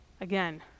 again